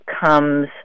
comes